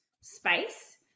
space